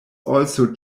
also